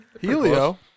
Helio